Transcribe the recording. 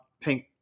pink